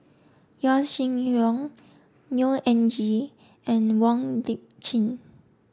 Yaw Shin Leong Neo Anngee and Wong Lip Chin